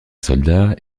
soldat